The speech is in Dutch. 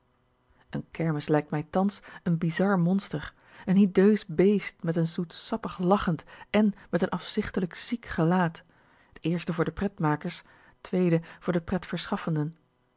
eene kermis lijkt mij thans een bizar monster een hideus beest met n zoetsappig lachend èn met n afzichtlijk ziek gelaat t eerste voor de pretmakers t tweede voor de pret verschaffenden